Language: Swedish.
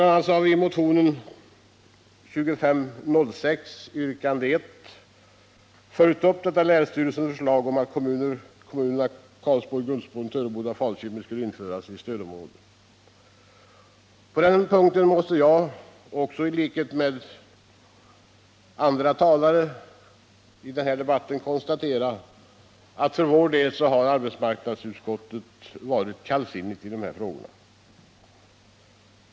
a. har vi i yrkande 1 i motionen 2506 följt upp länsstyrelsens förslag om att kommunerna Karlsborg, Gullspång, Töreboda och Falköping skulle införas i stödområde. I likhet med andra talare i den här debatten måste jag konstatera att arbetsmarknadsutskottet på denna punkt varit kallsinnigt.